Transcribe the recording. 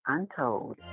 Untold